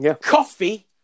Coffee